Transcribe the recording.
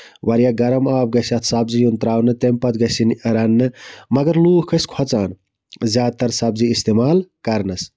واریاہ گرم آب گژھِ یُن یَتھ سَبزی یُن تراوانہٕ تَمہِ پَتہٕ گژھِ یِنۍ رَنٕنہٕ مَگر لوٗکھ ٲسۍ کھۄژَان زیادٕ تَر سَبزی اِستعمال کرنَس